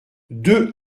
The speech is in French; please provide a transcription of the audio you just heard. deux